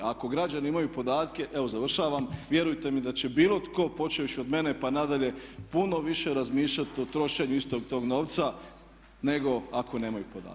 Ako građani imaju podatke, evo završavam, vjerujte mi da će bilo tko počevši od mene pa nadalje puno više razmišljati o trošenju istog tog novca nego ako nemaju podatke.